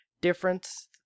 difference